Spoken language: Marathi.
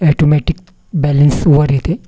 ॲटोमॅटिक बॅलेन्स वर येते